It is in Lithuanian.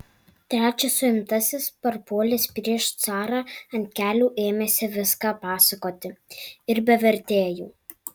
trečias suimtasis parpuolęs prieš carą ant kelių ėmėsi viską pasakoti ir be vertėjų